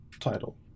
title